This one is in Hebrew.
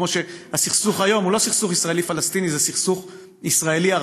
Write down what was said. כמו שהסכסוך היום הוא לא סכסוך ישראלי פלסטיני,